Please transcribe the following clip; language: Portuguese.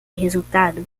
resultado